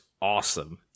awesome